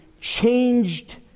changed